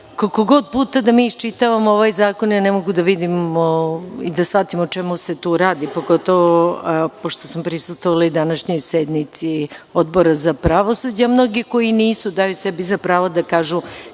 Koliko god puta da iščitavam ovaj zakon, ja ne mogu da vidim i da shvatim o čemu se tu radi, pogotovo pošto sam prisustvovala i današnjoj sednici Odbora za pravosuđe, a mnogi koji nisu daju sebi za pravo da kažu